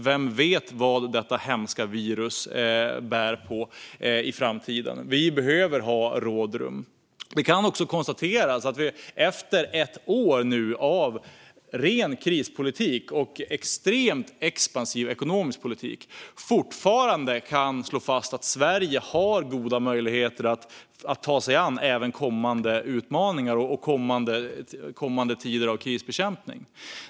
Vem vet vad detta hemska virus bär på i framtiden? Vi behöver ha rådrum. Efter ett år av ren krispolitik och extremt expansiv ekonomisk politik kan vi fortfarande slå fast att Sverige har goda möjligheter att ta sig an även kommande utmaningar och tider av krisbekämpning.